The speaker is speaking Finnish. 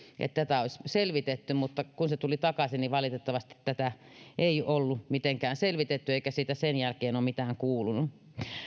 että tätä olisi selvitetty mutta kun se tuli takaisin tätä ei valitettavasti ollut mitenkään selvitetty eikä siitä sen jälkeen ole mitään kuulunut